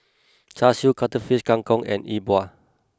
Char Siu Cuttlefish Kang Kong and E Bua